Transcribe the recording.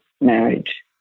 marriage